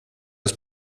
ist